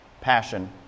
passion